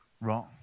wrong